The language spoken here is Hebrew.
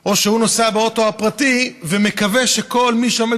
או שהוא נוסע באוטו הפרטי ומקווה שכל מי שעומד